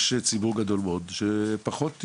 יש ציבור גדול מאוד שאני מקבל המון פניות מהם,